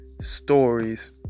stories